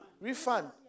refund